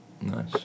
Nice